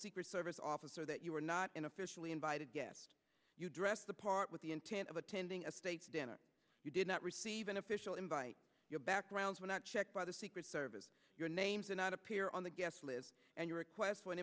secret service officer that you were not in officially invited guest you dress the part with the intent of attending a state dinner you did not receive an official invite your backgrounds were not checked by the secret service your names are not appear on the guest list and your request